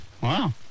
Wow